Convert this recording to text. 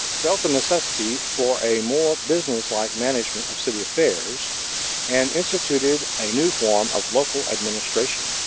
felt the necessity for a more businesslike management of city affairs and instituted a new form of local administration.